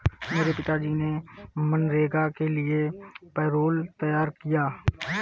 मेरे पिताजी ने मनरेगा के लिए पैरोल तैयार किया